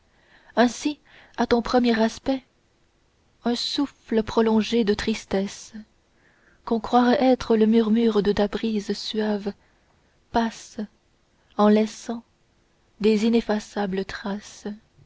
ainsi à ton premier aspect un souffle prolongé de tristesse qu'on croirait être le murmure de ta brise suave passe en laissant des ineffaçables traces